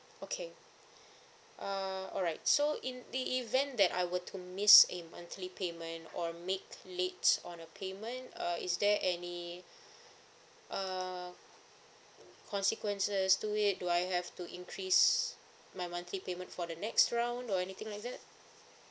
okay uh alright so in the event that I were to miss a monthly payment or make late on a payment uh is there any uh consequences to it do I have to increase my monthly payment for the next round or anything like that